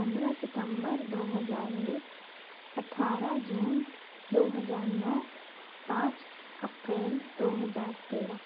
पन्द्रह सितम्बर दो हजार एक अठारह जून दो हजार नौ पाँच अप्रैल दौ हजार तेरह